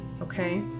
Okay